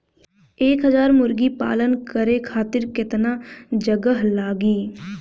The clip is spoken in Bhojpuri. एक हज़ार मुर्गी पालन करे खातिर केतना जगह लागी?